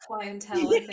clientele